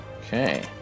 Okay